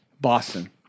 Boston